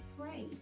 pray